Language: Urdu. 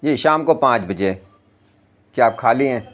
جی شام کو پانچ بجے کیا آپ خالی ہیں